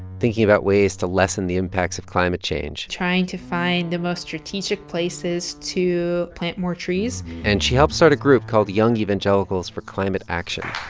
thinking about ways to lessen the impacts of climate change trying to find the most strategic places to plant more trees and she helped start a group called young evangelicals for climate action